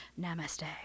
namaste